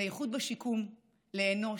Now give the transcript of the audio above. ל"איכות בשיקום", ל"אנוש",